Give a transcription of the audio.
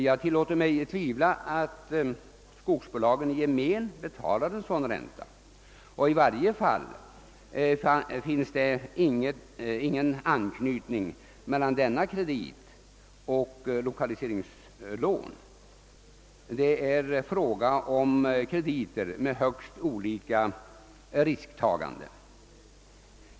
Jag tillåter mig betvivla att skogsbolagen i gemen betalar sådan ränta. I varje fall finns det ingen anknytning mellan denna kredit och 1lokaliseringslån. Det är fråga om krediter med högst olika risktaganden.